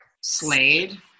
Slade